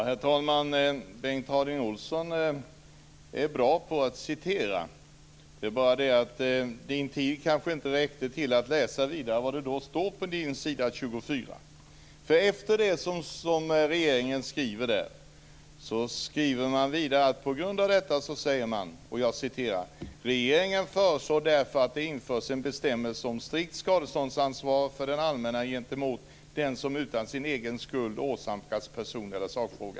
Herr talman! Bengt Harding Olson är bra på att citera. Det är bara det att hans tid kanske inte räckte till för att läsa vidare vad det står på s. 24. Efter det som regeringen skriver säger man vidare: "Regeringen föreslår därför att det införs en bestämmelse om strikt skadeståndsansvar för det allmänna gentemot den som utan egen skuld åsamkas person eller sakskada".